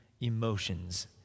emotions